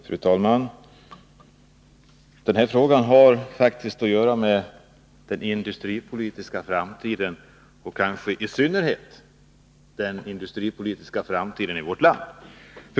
Fru talman! Den här frågan har att göra med den industripolitiska framtiden och kanske i synnerhet den industripolitiska framtiden i vårt land.